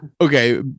okay